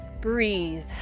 breathe